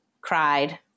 cried